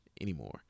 anymore